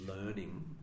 learning